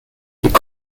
could